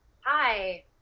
Hi